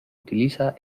utiliza